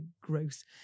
gross